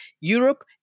Europe